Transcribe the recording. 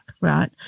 right